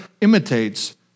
imitates